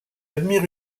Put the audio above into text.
admire